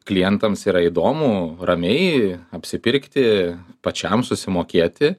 klientams yra įdomu ramiai apsipirkti pačiam susimokėti